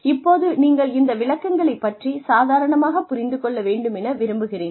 இப்போது நீங்கள் இந்த விளக்கங்களை பற்றி சாதாரணமாகப் புரிந்து கொள்ள வேண்டுமென விரும்புகிறேன்